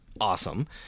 Awesome